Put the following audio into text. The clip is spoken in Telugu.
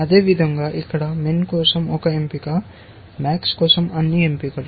అదేవిధంగా ఇక్కడ MIN కోసం ఒక ఎంపిక MAX కోసం అన్ని ఎంపికలు